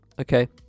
Okay